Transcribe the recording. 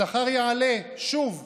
השכר יעלה שוב,